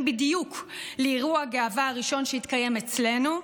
בדיוק לאירוע הגאווה הראשון שהתקיים אצלנו,